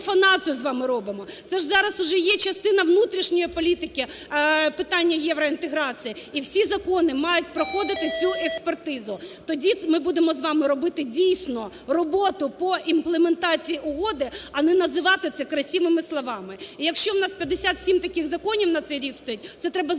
зараз уже є частина внутрішньої політики питання євроінтеграції і всі закони мають проходити цю експертизу, тоді ми будемо з вами робити дійсно роботу по імплементації угоди, а не називати це красивими словами. І, якщо в нас 57 таких законів на цей рік стоїть, це треба зробити